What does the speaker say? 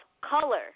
color